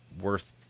worth